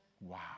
Wow